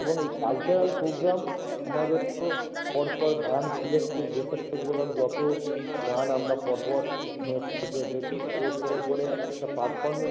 এবং এই cultural programme তোমাদের তো পর পর গান সিলেক্টে দেশাত্মবোধক যত গান আমরা পর পর নেট থেকে দেখে ইয়ে করে করে একটা পারফরমেন্স